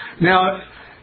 Now